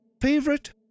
Favorite